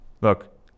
Look